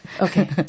Okay